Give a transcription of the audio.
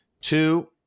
Two